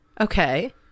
okay